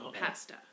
pasta